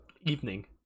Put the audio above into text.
evening